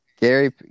Gary